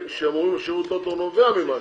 שרות לא טוב נובע ממשהו.